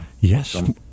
Yes